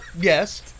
Yes